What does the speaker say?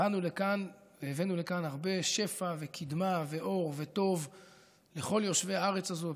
באנו לכאן והבאנו לכאן הרבה שפע וקדמה ואור וטוב לכל יושבי הארץ הזאת,